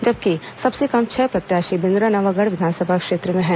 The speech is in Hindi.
जबकि सबसे कम छह प्रत्याशी बिद्रानावगढ़ विधानसभा क्षेत्र में हैं